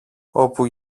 όπου